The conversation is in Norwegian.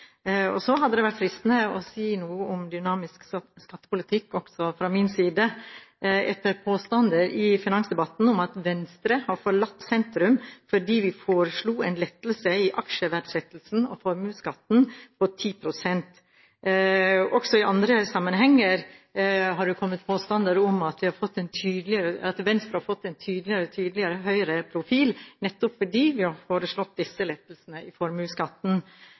– så er det gjort. Det hadde vært fristende å si noe om dynamisk skattepolitikk også fra min side, etter påstander i finansdebatten om at Venstre har forlatt sentrum, fordi vi foreslo en lettelse i aksjeverdsettelsen av formuesskatten på 10 pst. Også i andre sammenhenger har det kommet påstander om at Venstre har fått en tydeligere og tydeligere høyreprofil, nettopp fordi vi har foreslått disse lettelsene i formuesskatten.